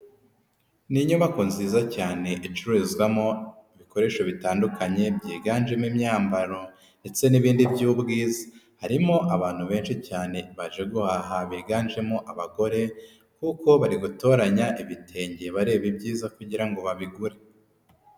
Ni inyubako nziza cyane icururizwamo ibikoresho bitandukanye, byiganjemo imyambaro ndetse n'ibindi by'ubwiza, harimo abantu benshi cyane baje guhaha biganjemo abagore kuko bari gutoranya ibitenge bareba ibyiza kugira ngo babigure.